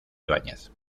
ibáñez